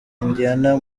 indiana